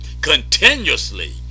continuously